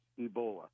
Ebola